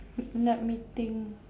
let me think